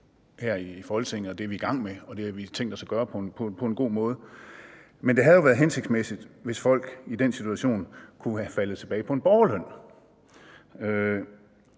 her i Folketinget. Det er vi i gang med, og det har vi tænkt os at gøre på en god måde, men det havde jo været hensigtsmæssigt, hvis folk i den situation kunne være faldet tilbage på en borgerløn.